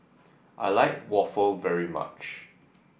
I like waffle very much